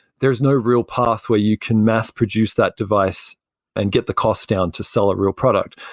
there's no real path where you can mass-produce that device and get the cost down to sell a real product.